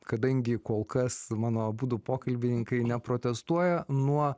kadangi kol kas mano abudu pokalbininkai neprotestuoja nuo